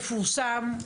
מפורסם.